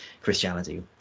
christianity